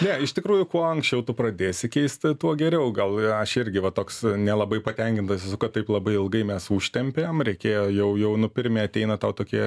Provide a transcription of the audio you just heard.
ne iš tikrųjų kuo anksčiau tu pradėsi keisti tuo geriau gal aš irgi va toks nelabai patenkintas kad taip labai ilgai mes užtempėm reikėjo jau jau nu pirmi ateina tau tokie